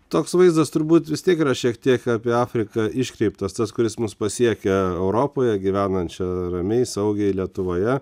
toks vaizdas turbūt vis tiek yra šiek tiek apie afriką iškreiptas tas kuris mus pasiekia europoje gyvenančią ramiai saugiai lietuvoje